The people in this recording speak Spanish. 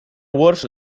wars